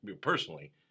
personally